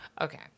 Okay